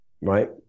right